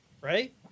right